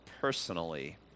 personally